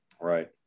Right